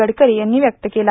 गडकरी यांनी व्यक्त केला